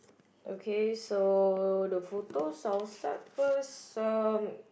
okay so the photos I will start first um